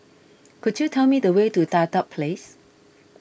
could you tell me the way to Dedap Place